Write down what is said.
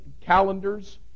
calendars